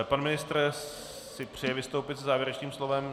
Pan ministr si přeje vystoupit se závěrečným slovem?